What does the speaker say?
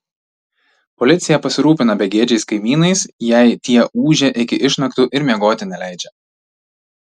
policija pasirūpina begėdžiais kaimynais jei tie ūžia iki išnaktų ir miegoti neleidžia